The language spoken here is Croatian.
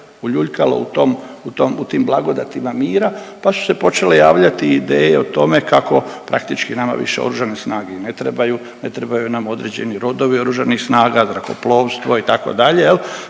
uljuljkalo u tom blagodatima mira pa su se počele javljati ideje o tome kao praktički nama više Oružane snage i ne trebaju, ne trebaju nam određeni rodovi Oružanih snaga, zrakoplovstvo, itd.,